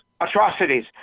atrocities